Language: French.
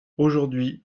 aujourd’hui